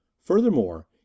furthermore